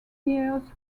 years